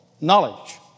knowledge